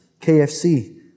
KFC